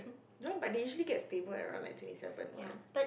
no but they usually get stable at around like twenty seven